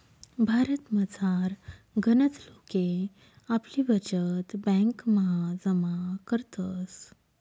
भारतमझार गनच लोके आपली बचत ब्यांकमा जमा करतस